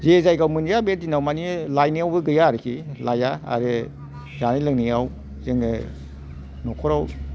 जे जायगाआव मोनजाया बे दिनाव मानि लायनायावबो गैया आरिखि आरो लायआ आरो जानाय लोंनायाव जोङो न'खराव